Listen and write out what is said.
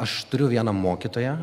aš turiu vieną mokytoją